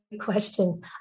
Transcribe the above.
question